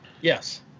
yes